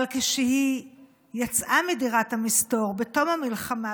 אבל כשהיא יצאה מדירת המסתור בתום המלחמה,